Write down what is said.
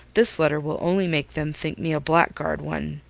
this letter will only make them think me a blackguard one